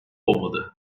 olmadı